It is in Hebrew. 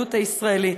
והאדריכלות הישראלית.